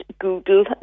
Google